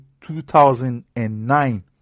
2009